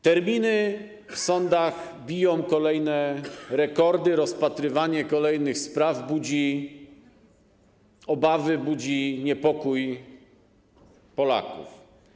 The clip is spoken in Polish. Terminy w sądach biją kolejne rekordy, rozpatrywanie kolejnych spraw budzi obawy, budzi niepokój Polaków.